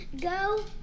Go